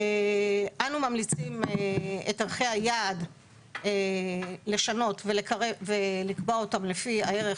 אנחנו ממליצים את ערכי היעד לשנות ולקבוע אותם לפי הערך